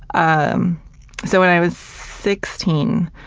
um so, when i was sixteen,